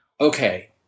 okay